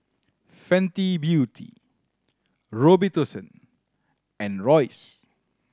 Fenty Beauty Robitussin and Royce